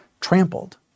trampled